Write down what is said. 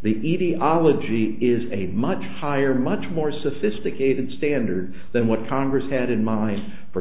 the etiology is a much higher much more sophisticated standard than what congress had in mind for